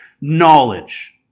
knowledge